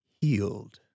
healed